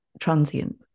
transient